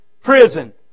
prison